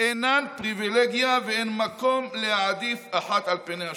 אינן פריבילגיה ואין מקום להעדיף אחת על פני השנייה.